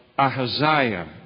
Ahaziah